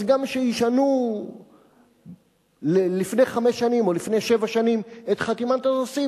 אז גם שישנו לפני חמש שנים או לפני שבע שנים את חתימת הנשיא,